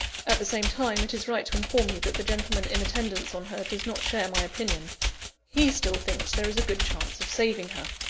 at the same time, it is right to inform you that the gentleman in attendance on her does not share my opinion he still thinks there is a good chance of saving her.